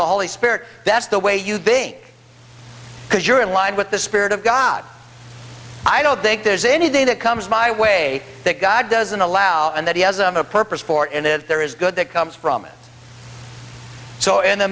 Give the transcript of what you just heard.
the holy spirit that's the way you've been because you're in line with the spirit of god i don't think there's anything that comes my way that god doesn't allow and that he has a purpose for in it there is good that comes from it so in the